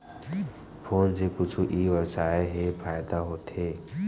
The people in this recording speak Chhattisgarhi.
फोन से कुछु ई व्यवसाय हे फ़ायदा होथे?